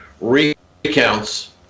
recounts